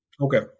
Okay